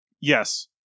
yes